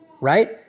right